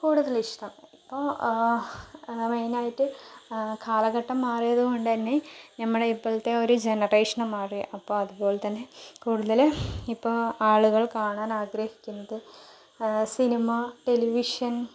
കൂടുതലിഷ്ടം അപ്പോൾ മെയിനായിട്ട് കാലഘട്ടം മാറിയതുകൊണ്ടുതന്നെ നമ്മുടെ ഇപ്പോഴത്തെ ഒരു ജനറേഷനും മാറി അപ്പോൾ അതുപോലെത്തന്നെ കൂടുതല് ഇപ്പോൾ ആളുകൾ കാണാൻ ആഗ്രഹിക്കുന്നത് സിനിമ ടെലിവിഷൻ